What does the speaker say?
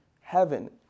heaven